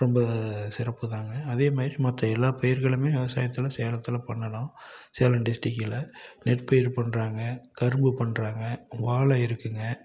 ரொம்ப சிறப்புதாங்க அதே மாதிரி மற்ற எல்லா பயிர்களும் விவசாயத்தில் சேலத்தில் பண்ணலாம் சேலம் டிஸ்டிக்ட்ல நெற்பயிர் பண்ணுறாங்க கரும்பு பண்ணுறாங்க வாழை இருக்குங்க